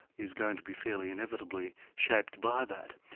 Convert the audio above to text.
who's going to be fairly inevitably shaped by that.